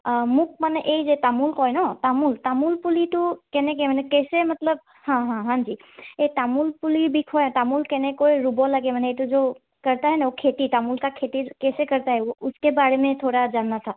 মোক মানে এই যে তামোল কয় ন তামোল তামোল পুলিটো কেনে কেইচে মতলব হা হা হাজি এই তামোল পুলি বিষয়ে তামোল কেনেকৈ ৰুব লাগে এইটো জ' কৰতা হে না খেতি তামোল কা খেতি কেচে কৰতা হে ৱ' উচকে বাৰে মে থ'ৰা জাননা থা